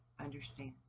understand